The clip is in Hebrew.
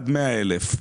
עד 100,000 שקל,